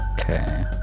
Okay